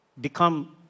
become